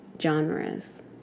genres